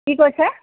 কি কৈছে